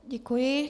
Děkuji.